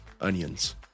onions